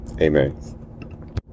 Amen